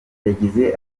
yagize